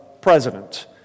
president